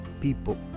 people